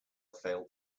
failed